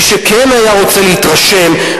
מי שכן היה רוצה להתרשם,